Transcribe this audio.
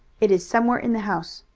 it is somewhere in the house.